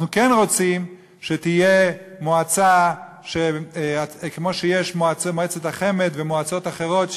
אנחנו כן רוצים שתהיה מועצה כמו שיש מועצת החמ"ד ומועצות אחרות,